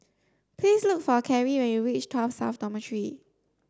please look for Karie when you reach Tuas South Dormitory